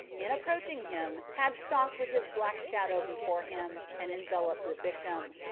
in approaching him had stalked with his black shadow before him, and enveloped the victim.